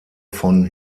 von